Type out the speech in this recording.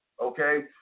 okay